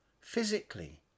physically